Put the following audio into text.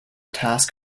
task